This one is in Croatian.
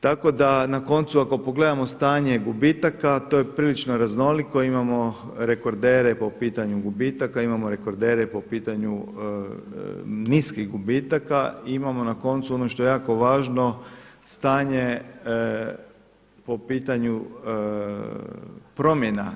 Tako da na koncu ako pogledamo stanje gubitaka a to je prilično raznoliko, imamo rekordere po pitanju gubitaka, imamo rekordere po pitanju niskih gubitaka i imamo na koncu ono što je jako važno stanje po pitanju promjena.